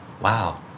Wow